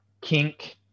Kink